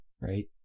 right